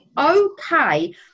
okay